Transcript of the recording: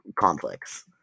conflicts